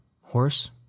horse